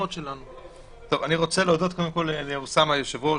אני רוצה להודות לאוסאמה היושב-ראש,